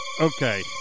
Okay